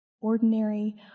ordinary